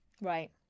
right